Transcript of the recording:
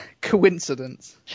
Coincidence